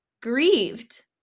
grieved